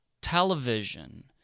television